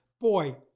boy